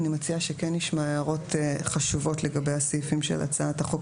אני מציעה שנשמע הערות חשובות לגבי הסעיפים של הצעת החוק,